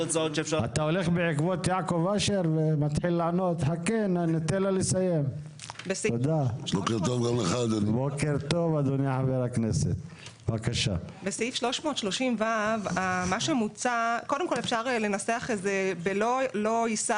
330ו. אפשר לנסח את זה ולומר לא יישא